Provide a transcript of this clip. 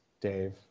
Dave